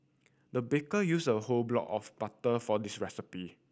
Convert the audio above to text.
the baker used a whole block of butter for this recipe